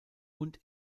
und